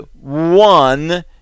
one